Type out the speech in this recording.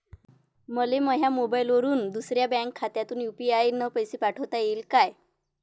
मले माह्या मोबाईलवरून दुसऱ्या बँक खात्यात यू.पी.आय न पैसे पाठोता येईन काय?